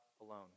alone